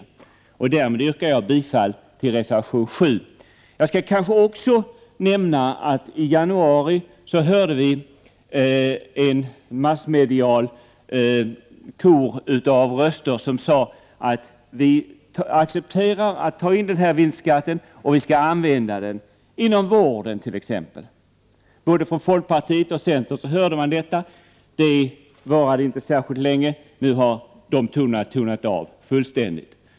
Jag yrkar med detta bifall till reservation 7. Jag skall kanske också nämna att vi i januari hörde en massmedial kör av röster som sade: Vi accepterar att ta in denna vinstskatt, och vi skall använda den inom t.ex. vården. Både från folkpartiet och centern hörde man detta. Det varade inte särskilt länge. Dessa toner har nu tonat ut fullständigt.